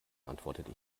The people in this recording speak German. antwortete